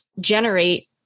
generate